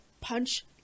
punch